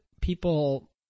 people